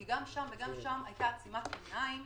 כי גם שם וגם שם הייתה עצימת עיניים